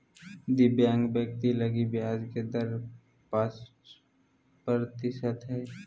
दिव्यांग व्यक्ति लगी ब्याज के दर पांच प्रतिशत हइ